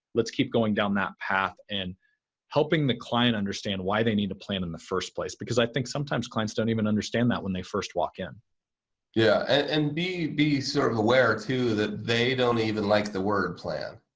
let's keep going down that path and helping the client understand why they need to plan in the first place because i think sometimes clients don't even understand that when they first walk in. carl yeah. and be be sort of aware too that they don't even like the word, plan,